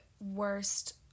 worst